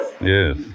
Yes